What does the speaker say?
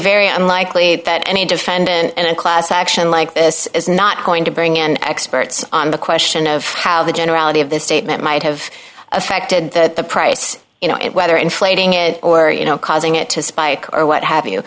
very unlikely that any defendant in a class action like this is not going to bring in experts on the question of how the generality of this statement might have affected the price you know and whether inflating it or you know causing it to spike or what have you